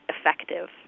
effective